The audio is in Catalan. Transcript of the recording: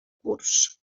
curs